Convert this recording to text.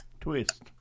Twist